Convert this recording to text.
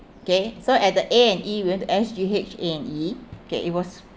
okay so at the A&E we went to S_G_H A&E okay it was